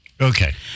Okay